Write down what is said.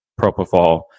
propofol